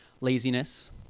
laziness